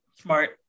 Smart